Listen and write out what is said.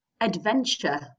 Adventure